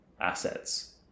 assets